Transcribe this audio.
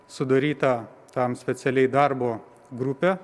sudarytą tam specialiai darbo grupę